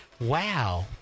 Wow